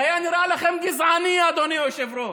זה היה נראה לכם גזעני, אדוני היושב-ראש.